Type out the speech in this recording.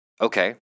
Okay